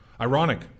ironic